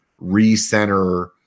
recenter